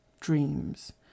dreams